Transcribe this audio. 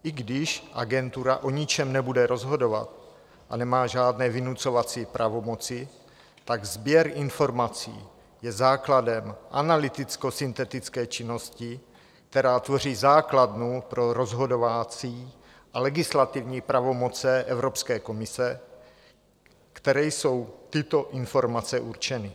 I když Agentura o ničem nebude rozhodovat a nemá žádné vynucovací pravomoci, sběr informací je základem analytickosyntetické činnosti, která tvoří základnu pro rozhodovací a legislativní pravomoce Evropské komise, které jsou tyto informace určeny.